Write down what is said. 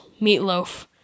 meatloaf